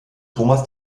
thomas